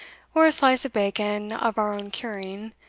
or a slice of bacon of our own curing,